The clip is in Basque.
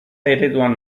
ereduan